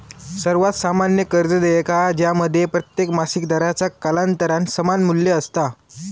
सर्वात सामान्य कर्ज देयका ज्यामध्ये प्रत्येक मासिक दराचा कालांतरान समान मू्ल्य असता